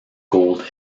gold